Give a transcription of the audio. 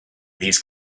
these